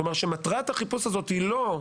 כלומר, שמטרת החיפוש הזאת היא לא,